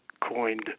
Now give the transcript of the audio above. coined